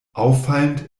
auffallend